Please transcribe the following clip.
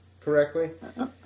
correctly